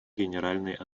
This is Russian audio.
генеральной